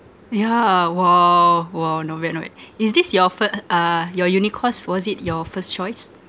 yeah !wow! !whoa! not bad not bad is this your fi~ uh your uni course was it your first choice